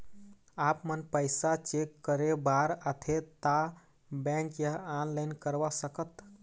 आपमन पैसा चेक करे बार आथे ता बैंक या ऑनलाइन करवा सकत?